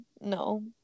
no